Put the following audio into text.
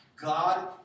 God